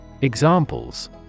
Examples